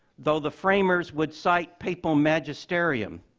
though the framers would cite papal magisterium,